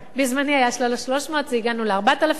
בזמני היו 3,300, הגענו ל-4,000.